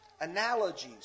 analogies